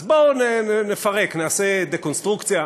אז בואו נפרק, נעשה דקונסטרוקציה,